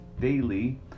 Daily